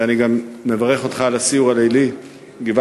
ואני גם מברך אותך על הסיור הלילי בגבעת-התחמושת.